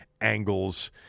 angles